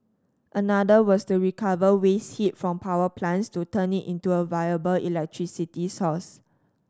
another was to recover waste heat from power plants to turn it into a viable electricity source